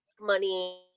money